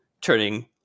turning